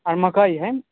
आओर मकइ है